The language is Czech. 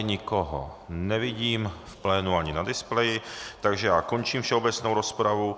Nikoho nevidím v plénu ani na displeji, takže končím všeobecnou rozpravu.